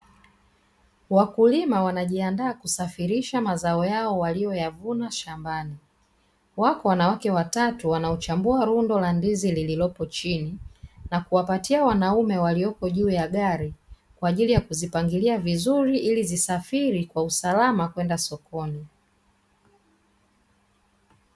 Wakulima wanajiandaa kusafirisha mazao yao waliyoyavuna shambani. Wako wanawake watatu wanaochambua rundo la ndizi lililopo chini, na kuwapatia wanaume walioko juu ya gari kwa ajili ya kuzipangilia vizuri ili zisafiri kwa usalama kwenda sokoni.